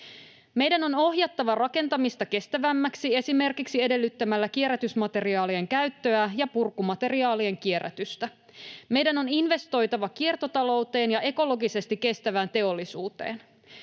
Meidän on ohjattava rakentamista kestävämmäksi esimerkiksi edellyttämällä kierrätysmateriaalien käyttöä ja purkumateriaalien kierrätystä. Meidän on investoitava kiertotalouteen ja ekologisesti kestävään teollisuuteen.